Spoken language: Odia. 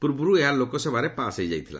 ପୂର୍ବରୁ ଏହା ଲୋକସଭାରେ ପାସ୍ ହୋଇସାରିଥିଲା